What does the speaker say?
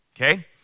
okay